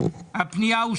מי נמנע?